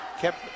kept